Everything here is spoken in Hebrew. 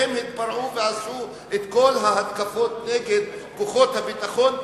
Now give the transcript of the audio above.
והם התפרעו ועשו את כל ההתקפות נגד כוחות הביטחון,